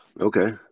Okay